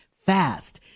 fast